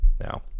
Now